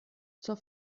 zur